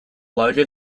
larger